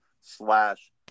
slash